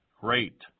great